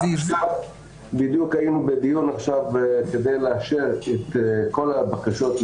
בדיוק עכשיו היינו בדיון כדי לאשר את כל הבקשות.